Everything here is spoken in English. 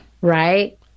right